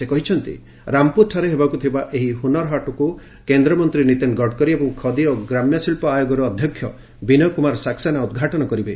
ସେ କହିଛନ୍ତି ରାମ୍ପୁରଠାରେ ହେବାକୁ ଥିବା ଏହି ହୁନର୍ ହାଟ୍କୁ କେନ୍ଦ୍ରମନ୍ତ୍ରୀ ନୀତିନ୍ ଗଡ଼କରୀ ଏବଂ ଖଦୀ ଓ ଗ୍ରାମ୍ୟ ଶିଳ୍ପ ଆୟୋଗର ଅଧ୍ୟକ୍ଷ ବିନୟ କ୍ରମାର ସାକ୍ସେନା ଉଦ୍ଘାଟନ କରିବେ